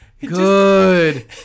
Good